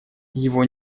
его